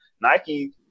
Nike